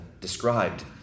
described